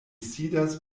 sidas